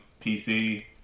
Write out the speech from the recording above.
PC